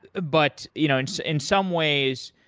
but you know and in some ways,